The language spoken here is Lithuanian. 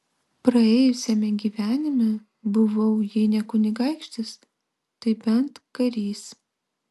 praėjusiame gyvenime buvau jei ne kunigaikštis tai bent karys